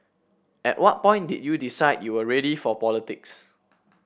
at what point did you decide you were ready for politics